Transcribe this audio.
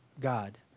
God